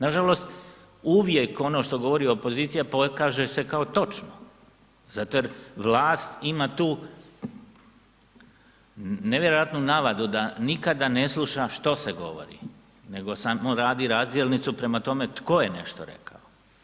Nažalost, uvijek ono što govori opozicija pokaže se kao točno zato jer vlast ima tu nevjerojatnu navadu da nikada ne sluša što se govori nego samo radi razdjelnicu prema tome tko je nešto rekao.